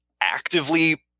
actively